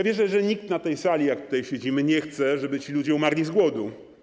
Wierzę, że nikt na tej sali, jak tutaj siedzimy, nie chce, żeby ci ludzie umarli z głodu.